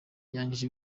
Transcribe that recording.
yangije